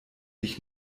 dich